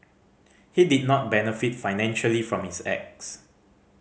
he did not benefit financially from his acts